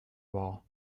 wall